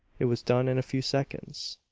it was done in a few seconds.